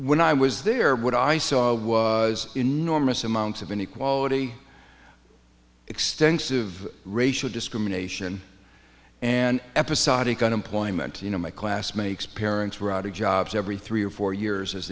when i was there what i saw was enormous amounts of inequality extensive racial discrimination and episodic unemployment you know my class makes parents were out of jobs every three or four years as